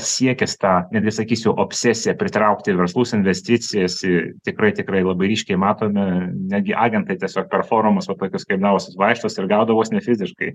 siekis tą net nesakysiu obsesiją pritraukti į verslus investicijas į tikrai tikrai labai ryškiai matome netgi agentai tiesiog per forumus va tokius skambiausius vaikščios ir gaudo vos ne fiziškai